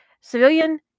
civilian